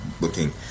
looking